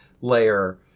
layer